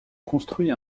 construit